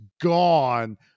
gone